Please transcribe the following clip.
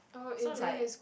so like